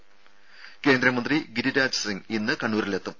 രുര കേന്ദ്രമന്ത്രി ഗിരിരാജ് സിംഗ് ഇന്ന് കണ്ണൂരിലെത്തും